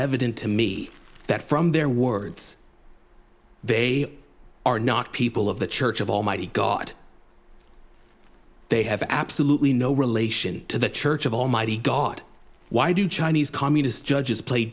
evident to me that from their words they are not people of the church of almighty god they have absolutely no relation to the church of almighty god why do chinese communists judges play